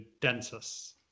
densus